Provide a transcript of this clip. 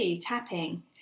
tapping